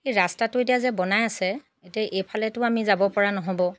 এই ৰাষ্টাটো এতিয়া যে বনাই আছে এতিয়া এইফালেতো আমি যাব পৰা নহ'ব